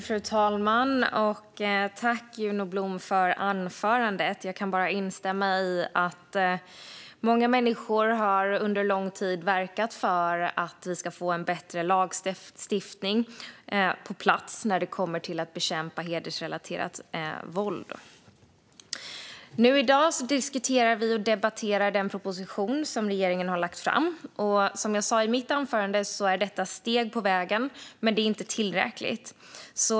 Fru talman! Tack, Juno Blom, för anförandet! Jag kan bara instämma i att många människor under lång tid har verkat för att få en bättre lagstiftning på plats när det gäller att bekämpa hedersrelaterat våld. I dag diskuterar och debatterar vi den proposition som regeringen har lagt fram. Som jag sa i mitt anförande är detta steg på vägen, men det är inte tillräckligt.